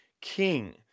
king